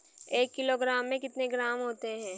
एक किलोग्राम में कितने ग्राम होते हैं?